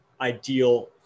ideal